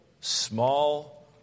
small